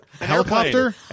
helicopter